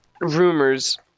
Rumors